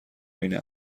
بین